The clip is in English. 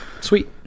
Sweet